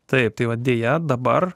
taip tai va deja dabar